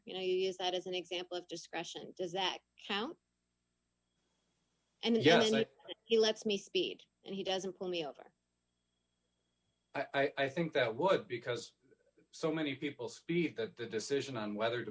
you know use that as an example of discretion does that count and yet he lets me speed and he doesn't pull me over i think that would because so many people speed the decision on whether to